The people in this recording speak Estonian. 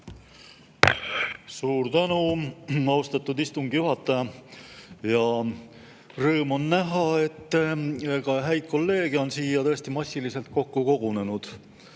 Suur tänu, austatud istungi juhataja! Rõõm on näha, et ka häid kolleege on siia tõesti massiliselt kokku kogunenud.